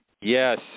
Yes